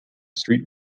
street